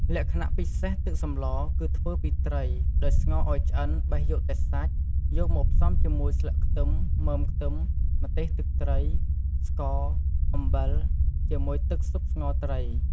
លក្ខណៈពិសេសទឹកសម្ល គឺធ្វើពីត្រី ដោយស្ងោរឱ្យឆ្អិនបេះយកតែសាច់ យកមកផ្សំជាមួយ ស្លឹកខ្ទឹម មើមខ្ទឹម ម្ទេសទឹកត្រី ស្ករ អំបិល ជាមួយទឹកស៊ុបស្ងោរត្រី ។